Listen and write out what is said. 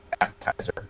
appetizer